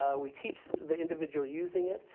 ah we teach the individual using it,